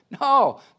No